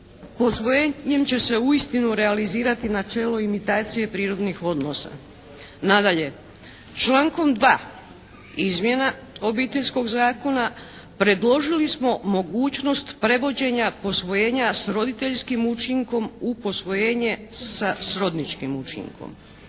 posvojenje će se uistinu realizirati načelo imitacije prirodnih odnosa. Nadalje, člankom 2. izmjena Obiteljskog zakona, predložili smo mogućnost prevođenja posvojenja s roditeljskim učinkom u posvojenje sa srodničkim učinkom.